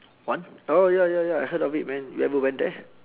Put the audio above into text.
wan oh ya ya ya I heard of it man you ever went there